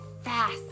fast